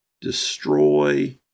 destroy